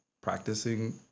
practicing